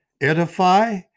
edify